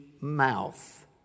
mouth